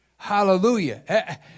hallelujah